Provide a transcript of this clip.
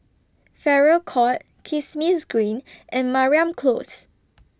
Farrer Court Kismis Green and Mariam Close